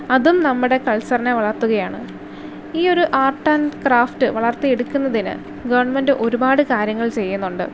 അതും നമ്മുടെ കൾച്ചറിനെ വളർത്തുകയാണ് ഈ ഒരു ആർട്ട് ആൻഡ് ക്രാഫ്റ്റ് വളർത്തി എടുക്കുന്നതിന് ഗവൺമെൻ്റ് ഒരുപാട് കാര്യങ്ങൾ ചെയ്യുന്നുണ്ട്